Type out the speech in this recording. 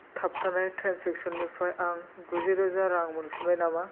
थाबथानाय ट्रेन्जेक्स'ननिफ्राय आं गुजिरोजा रां मोनफिनबाय नामा